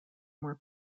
more